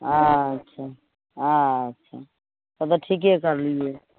अच्छा अच्छा तब तऽ ठीके करलियै